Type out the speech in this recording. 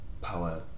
power